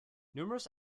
numerous